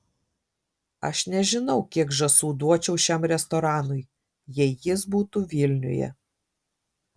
aš nežinau kiek žąsų duočiau šiam restoranui jei jis būtų vilniuje